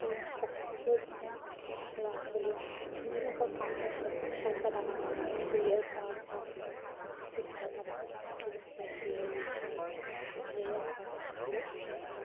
সেয়ে সকলোৱে জানে ল'ৰা ছোৱালী ধুনীয়াকৈ কাৰ্টুন চাৰ্টুন চাওক বা ডাঙৰ মানুহে চিৰিয়েল চাওক বা মই খুব বেছি ভাল পাওঁ আমাৰ মায়েতো ভাল পায় চিৰিয়েল চাই মেলি সেইটো বহুত আনন্দ লৈয়ো সেয়ে